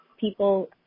people